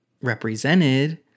represented